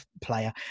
player